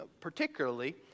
particularly